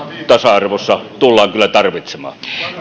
tasa arvossa tullaan kyllä tarvitsemaan